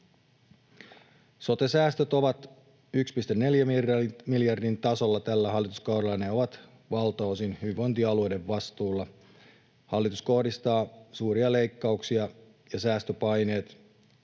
Sote-säästöt ovat 1,4 miljardin tasolla tällä hallituskaudella, ne ovat valtaosin hyvinvointialueiden vastuulla. Hallitus kohdistaa suuret leikkaukset ja säästöpaineet